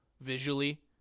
visually